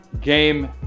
game